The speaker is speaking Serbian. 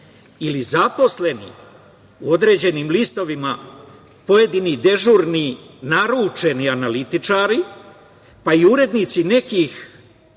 ili zaposleni u određenim listovima, pojedini dežurni, naručeni analitičari, pa i urednici nekih